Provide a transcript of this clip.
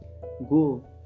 go